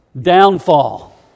downfall